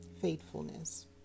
faithfulness